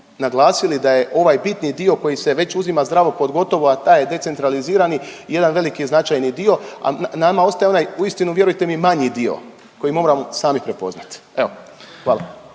da je ovaj bitni dio koji se već uzima zdravo pod gotovo, a taj je decentralizirani, jedan veliki značajni dio, a nama ostaje onaj uistinu vjerujte mi manji dio koji moramo sami prepoznat, evo hvala.